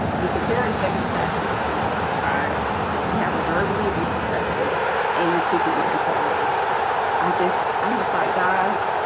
you can see a second-class citizen during this time you have a verbally abusive husband and you're keeping your integrity i just almost like god